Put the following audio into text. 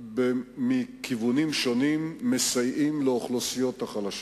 מכיוונים שונים אנחנו מסייעים לאוכלוסיות החלשות.